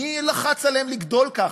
מי לחץ עליהם לגדול ככה?